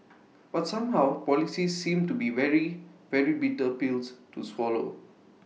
but somehow policies seem to be very very bitter pills to swallow